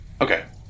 Okay